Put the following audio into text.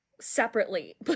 separately